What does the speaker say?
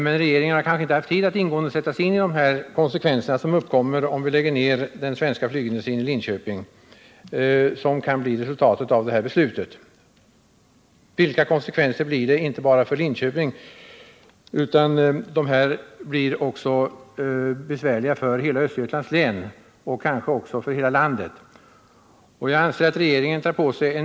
Men regeringen har kanske inte haft tid att ingående sätta sig in i de konsekvenser som uppkommer, om vi lägger ner svensk flygindustri i Linköping, inte bara för Linköping utan för hela Östergötlands län, kanske också för hela landet.